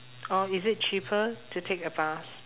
or is it cheaper to take a bus